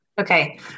Okay